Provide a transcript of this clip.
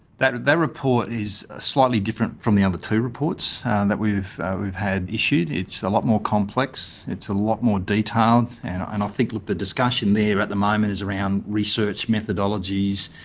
that that report is slightly different from the other two reports and that we've we've had issued. it's a lot more complex, it's a lot more detailed. and i and think like the discussion there at the moment is around research methodologies,